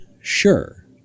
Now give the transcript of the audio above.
Sure